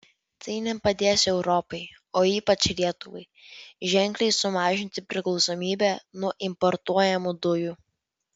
tai nepadės europai o ypač lietuvai ženkliai sumažinti priklausomybę nuo importuojamų dujų